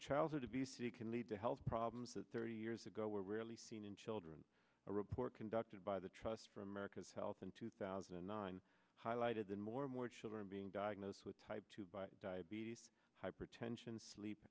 childhood obesity can lead to health problem thirty years ago were rarely seen in children a report conducted by the trust for america's health in two thousand and nine highlighted that more and more children being diagnosed with type two diabetes hypertension sleep